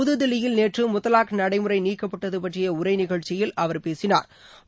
புதுதில்லியில் நேற்று முத்தலாக் நடைமுறை நீக்கப்பட்டது பற்றிய உரை நிகழ்ச்சியில் அவர் பேசினாா்